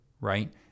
right